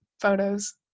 photos